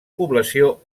població